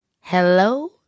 Hello